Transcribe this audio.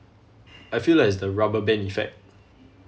I feel like it's the rubber band effect